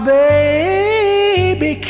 baby